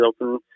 open